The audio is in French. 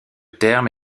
terme